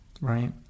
right